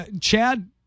chad